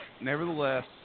nevertheless